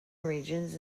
regions